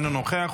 אינו נוכח,